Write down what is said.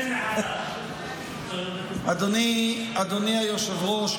אדוני היושב-ראש,